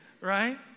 right